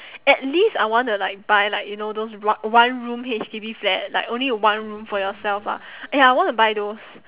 at least I want to like buy like you know those o~ one room H_D_B flat like only one room for yourself lah eh I want to buy those